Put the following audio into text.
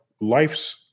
life's